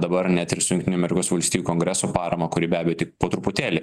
dabar net ir su jungtinių amerikos valstijų kongreso parama kuri be abejo tik po truputėlį